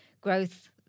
growth